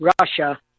Russia